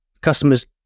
customers